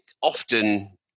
often